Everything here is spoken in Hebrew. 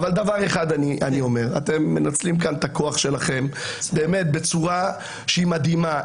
אתם מנצלים כאן את הכוח שלכם באמת בצורה מדהימה.